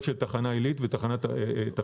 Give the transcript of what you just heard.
תחנת אחיטוב תוקם אבל אתה לא יכול לדעת מתי.